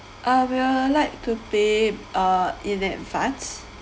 uh we will like to pay uh in advance